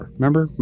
Remember